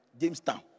Jamestown